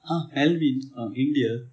!huh! melvin from India